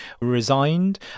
resigned